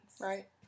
right